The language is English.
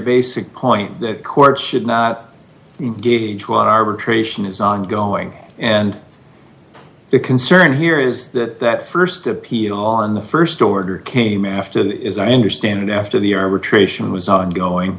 basic point that courts should not engage what arbitration is ongoing and the concern here is that that st appeal on the st order came after that is i understand after the arbitration was ongoing